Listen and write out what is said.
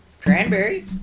cranberry